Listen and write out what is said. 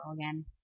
again